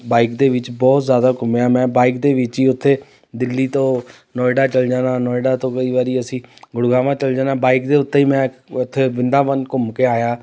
bike ਦੇ ਵਿੱਚ ਬਹੁਤ ਜ਼ਿਆਦਾ ਘੁੰਮਿਆ ਮੈਂ ਬਾਈਕ ਦੇ ਵਿੱਚ ਹੀ ਉੱਥੇ ਦਿੱਲੀ ਤੋਂ ਨੋਇਡਾ ਚਲ ਜਾਣਾ ਨੋਇਡਾ ਤੋਂ ਕਈ ਵਾਰੀ ਅਸੀਂ ਗੁੜਗਾਵਾਂ ਚਲ ਜਾਣਾ ਬਾਈਕ ਦੇ ਉੱਤੇ ਹੀ ਮੈਂ ਉੱਥੇ ਵ੍ਰਿੰਦਾਵਨ ਘੁੰਮ ਕੇ ਆਇਆ